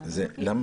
למה?